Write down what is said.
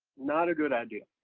not a good idea.